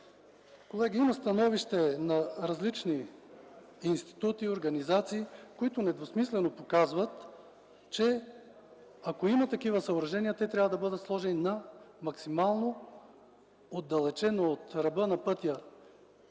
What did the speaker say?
Колеги, има становища на различни институти и организации, които недвусмислено показват, че ако има такива съоръжения, те трябва да бъдат сложени на максимално отдалечено от ръба на пътя